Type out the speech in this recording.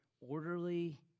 orderly